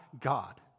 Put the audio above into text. God